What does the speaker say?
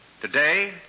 Today